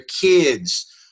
kids